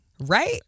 Right